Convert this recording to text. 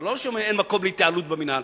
זה לא שאין מקום להתייעלות במינהל.